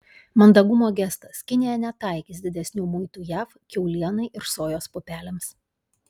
mandagumo gestas kinija netaikys didesnių muitų jav kiaulienai ir sojos pupelėms